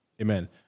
Amen